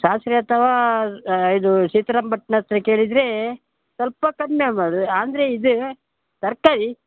ಶಾಸ್ತ್ರಿ ಅಥವಾ ಇದು ಸೀತರಾಮ್ ಭಟ್ನತ್ರ ಕೇಳಿದ್ರೆ ಸ್ವಲ್ಪ ಕಮ್ಮಿ ಮಾಡಿ ಅಂದರೆ ಇದು ತರಕಾರಿ